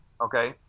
Okay